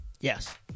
Yes